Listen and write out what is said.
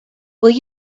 will